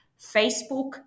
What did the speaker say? Facebook